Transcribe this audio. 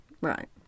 Right